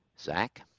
Zach